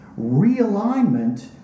realignment